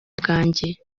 bwanjye